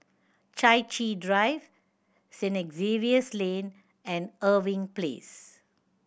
Chai Chee Drive Saint Xavier's Lane and Irving Place